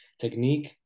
technique